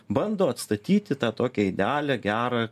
bando atstatyti tą tokią idealią gerą